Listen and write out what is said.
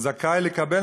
זכאי לקבל,